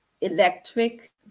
electric